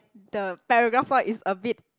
the paragraph one is a bit